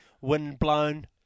wind-blown